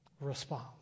Response